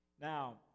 Now